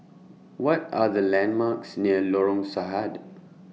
What Are The landmarks near Lorong Sahad